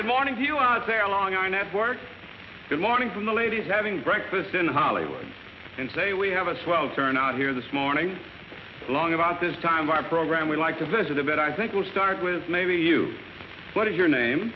good morning to you out there along our network good morning from the ladies having breakfast in hollywood and say we have a swell turnout here this morning long about this time of our program we like to visit a bit i think we'll start with maybe you what is your name